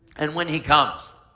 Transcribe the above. and when he comes,